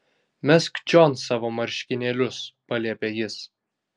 mesk čion savo marškinėlius paliepė jis